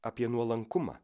apie nuolankumą